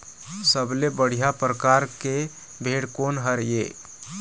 सबले बढ़िया परकार के भेड़ कोन हर ये?